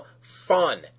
fun